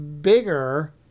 bigger